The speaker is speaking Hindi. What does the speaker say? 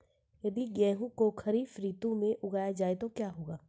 यदि गेहूँ को खरीफ ऋतु में उगाया जाए तो क्या होगा?